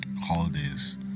holidays